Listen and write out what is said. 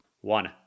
One